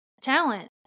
Talent